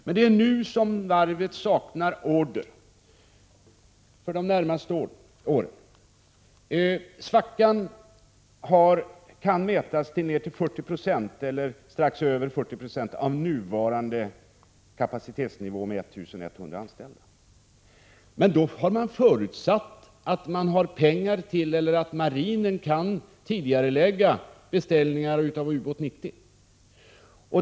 Men det är nu som varvet saknar order för de närmaste åren. Svackan kan anges till ca 40 26 av nuvarande kapacitetsnivå med 1 100 anställda. Det har emellertid förutsatts att marinen kan tidigarelägga beställningar av Ubåt 90.